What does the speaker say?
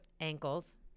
ankles